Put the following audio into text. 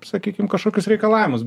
sakykim kažkokius reikalavimus